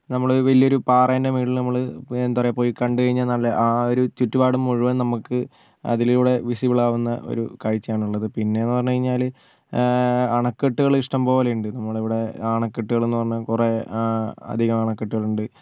നമ്മൾ വലിയൊരു പാറേൻറ്റെ മേളിൽ നമ്മൾ എന്താ പറയാ പോയി കണ്ട് കഴിഞ്ഞ് നല്ല ആ ഒരു ചുറ്റുപാട് മുഴുവൻ നമുക്ക് അതിലൂടെ വിസിബിൾ ആവുന്ന ഒരു കാഴ്ചയാണുള്ളത് പിന്നെന്നു പറഞ്ഞ് കഴിഞ്ഞാൽ അണക്കെട്ടുകൾ ഇഷ്ടം പോലെയുണ്ട് നമ്മളിവിടെ അണക്കെട്ടുകളെന്ന് പറഞ്ഞാൽ കുറെ അധികം അണക്കെട്ടുകളുണ്ട്